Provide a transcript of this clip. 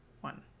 one